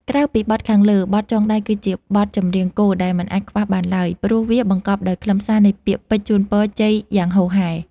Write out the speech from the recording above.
ក្រៅពីបទខាងលើ បទ ចងដៃ គឺជាបទចម្រៀងគោលដែលមិនអាចខ្វះបានឡើយ ព្រោះវាបង្កប់ដោយខ្លឹមសារនៃពាក្យពេចន៍ជូនពរជ័យយ៉ាងហូរហែ។